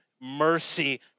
mercy